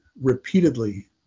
repeatedly